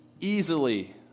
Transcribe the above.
easily